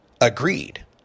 agreed